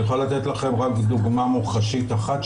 אני יכול לתת לכם רק דוגמא מוחשית אחת,